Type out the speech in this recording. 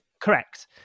correct